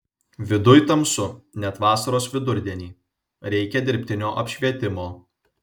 viduj tamsu net vasaros vidurdienį reikia dirbtino apšvietimo